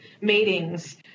meetings